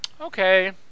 okay